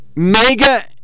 mega